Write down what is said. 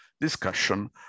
discussion